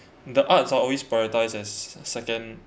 the arts are always prioritised as second